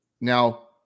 Now